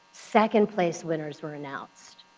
second place winners were announced,